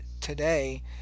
today